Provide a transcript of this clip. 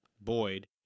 boyd